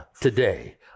today